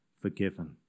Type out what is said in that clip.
forgiven